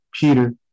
Peter